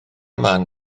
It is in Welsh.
man